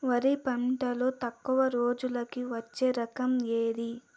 వరి పంటలో తక్కువ రోజులకి వచ్చే రకం ఏది?